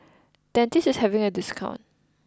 Dentiste is having a discount